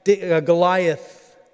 Goliath